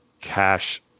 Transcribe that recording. cash